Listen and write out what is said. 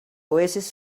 oasis